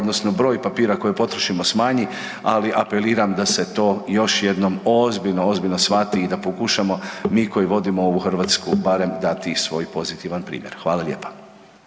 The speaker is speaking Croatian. odnosno broj papira koji potrošimo smanji, ali apeliram d se to još jednom ozbiljno, ozbiljno shvati i da pokušamo mi koji vodimo ovu Hrvatsku barem dati i svoj pozitivan primjer. Hvala lijepa.